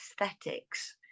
aesthetics